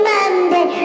Monday